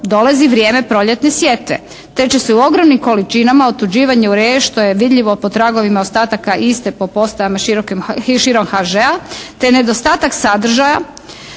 Dolazi vrijeme proljetne sjetve te će se u ogromnim količinama otuđivanje … /Govornica se ne razumije./ … što je vidljivo po tragovima ostataka iste po postajama širokim, i širom HŽ-a te nedostatak sadržaja